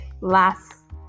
last